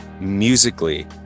musically